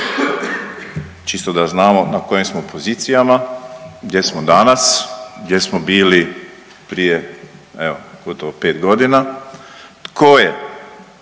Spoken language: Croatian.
Čisto da znamo na kojim smo pozicijama, gdje smo danas, gdje smo bili prije evo gotovo 5 godina, tko je